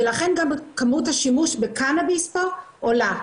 ולכן גם כמות השימוש בקנביס פה עולה.